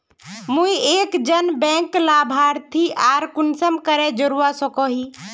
मुई एक जन बैंक लाभारती आर कुंसम करे जोड़वा सकोहो ही?